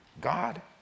God